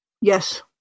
Yes